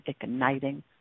igniting